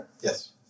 Yes